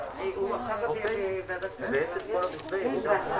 אני מתכבד לפתוח את ישיבת ועדת הכספים.